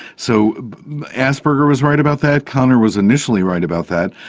so asperger was right about that, kanner was initially right about that.